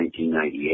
1998